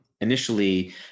initially